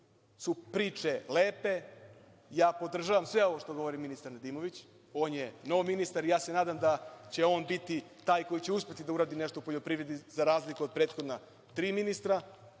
su priče lepe, ja podržavam sve ovo što govori ministar Nedimović. On je nov ministar i ja se nadam da će on biti taj koji će uspeti da uradi nešto u poljoprivredi za razliku od prethodna tri ministra,